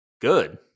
Good